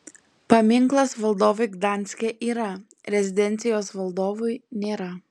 paminklas valdovui gdanske yra rezidencijos valdovui nėra